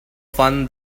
fun